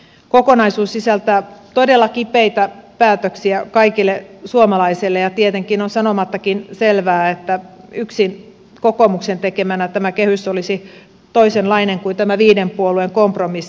kokonaisuus sisältää todella kipeitä päätöksiä kaikille suomalaisille ja tietenkin on sanomattakin selvää että yksin kokoomuksen tekemänä tämä kehys olisi toisenlainen kuin tämä viiden puolueen kompromissi